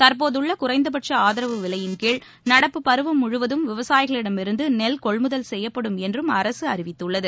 தற்போதுள்ளகுறைந்தபட்சஆதரவு நடப்பு பருவம் முழுவதும் விவசாயிகளிடமிருந்துநெல் கொள்முதல் செய்யப்படும் என்றும் அரசுஅறிவித்துள்ளது